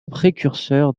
précurseur